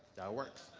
that works.